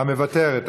מוותרת.